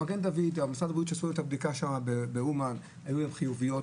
מגן דוד או משרד הבריאות שעשו את הבדיקה באומן שהיו חיוביות,